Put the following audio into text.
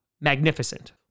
magnificent